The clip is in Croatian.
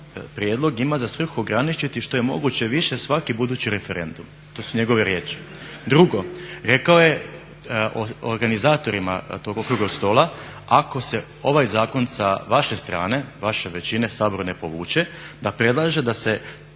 prijedlog zakona ima za svrhu ograničiti što je moguće više svaki budući referendum. To su njegove riječi. Drugo, rekao je organizatorima tog okruglog stola ako se ovaj zakon sa vaše strane, vaše većine, u Saboru ne povuče da predlaže da se